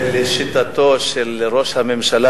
לשיטתו של ראש הממשלה,